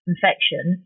Infection